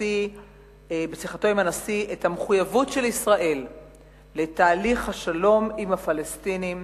בשיחתו עם הנשיא את המחויבות של ישראל לתהליך השלום עם הפלסטינים